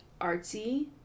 artsy